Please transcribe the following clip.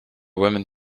woman